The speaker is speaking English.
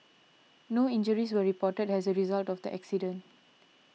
no injuries were reported as a result of the accident